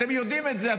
אתם יודעים את זה.